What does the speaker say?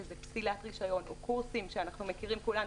שזה פסילת רישיון וקורסים שאנחנו מכירים כולנו,